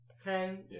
Okay